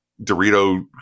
Dorito